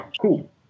cool